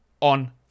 on